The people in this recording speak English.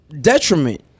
detriment